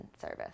service